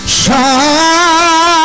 shine